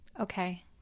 Okay